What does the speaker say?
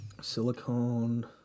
Silicone